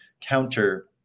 counter